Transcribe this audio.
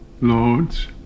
lords